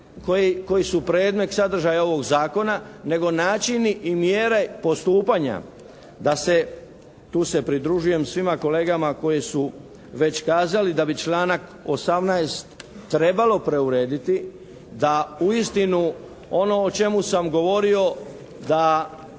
koji su predmet sadržaja ovog Zakona nego načini i mjere postupanja da se, tu se pridružujem svima kolegama koji su već kazali da bi članak 18. trebalo preurediti da uistinu ono o čemu sam govorio da